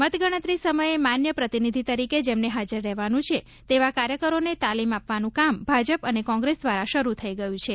મતગણતરી સમયે માન્ય પ્રતિનિધિ તરીકે જેમને હાજર રહેવાનું છે તેવા કાર્યકરોને તાલીમ આપવાનું કામ ભાજપ અને કોંગ્રેસ દ્વારા શરૂ થઇ ગયું છે